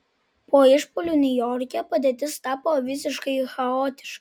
po išpuolių niujorke padėtis tapo visiškai chaotiška